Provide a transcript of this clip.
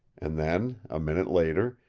and then, a minute later,